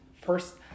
first